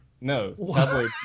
no